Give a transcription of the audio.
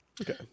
okay